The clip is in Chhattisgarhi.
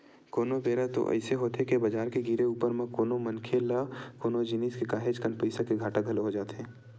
कोनो बेरा तो अइसे होथे के बजार के गिरे ऊपर म कोनो मनखे ल कोनो जिनिस के काहेच कन पइसा के घाटा घलो हो जाथे